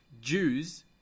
Jews